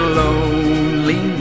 lonely